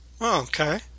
Okay